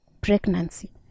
pregnancy